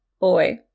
boy